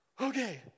Okay